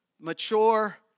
mature